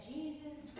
Jesus